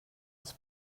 els